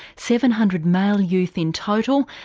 seven hundred male youth in total,